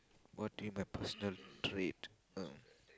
what do you my personal trait uh